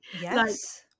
yes